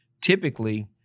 typically